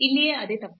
ಇಲ್ಲಿಯೂ ಅದೇ ತಪ್ಪು